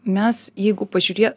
mes jeigu pažiūrė